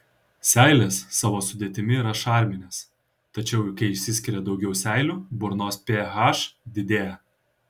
seilės savo sudėtimi yra šarminės tačiau kai išsiskiria daugiau seilių burnos ph didėja